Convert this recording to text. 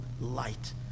light